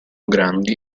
grandi